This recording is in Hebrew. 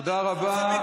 תודה רבה.